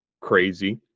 crazy